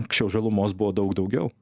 anksčiau žalumos buvo daug daugiau